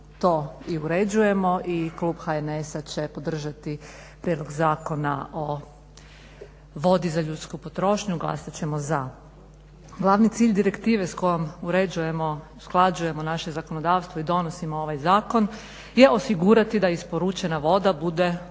to i uređujemo i klub HNS-a će podržati Prijedlog zakona o vodi za ljudsku potrošnju, glasat ćemo za. Glavni cilj direktive s kojom uređujemo, usklađujemo naše zakonodavstvo i donosimo ovaj zakon je osigurati da isporučena voda bude odgovarajuće